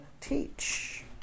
teach